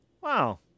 Wow